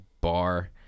bar